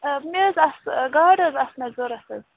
مےٚ حظ آسہٕ گاڈٕ حظ آسہٕ مےٚ ضروٗرت حظ